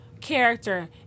character